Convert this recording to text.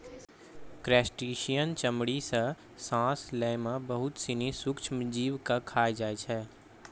crustacean चमड़ी सें सांस लै में बहुत सिनी सूक्ष्म जीव के खाय जाय छै